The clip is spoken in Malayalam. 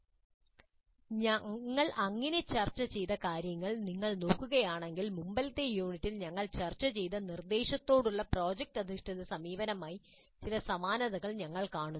ഞങ്ങൾ അങ്ങനെ ചർച്ച ചെയ്ത കാര്യങ്ങൾ നിങ്ങൾ നോക്കുകയാണെങ്കിൽ മുമ്പത്തെ യൂണിറ്റിൽ ഞങ്ങൾ ചർച്ച ചെയ്ത നിർദ്ദേശങ്ങളോടുള്ള പ്രോജക്റ്റ് അധിഷ്ഠിത സമീപനവുമായി ചില സമാനതകൾ ഞങ്ങൾ കാണുന്നു